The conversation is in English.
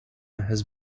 has